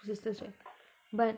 just this way but